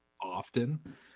often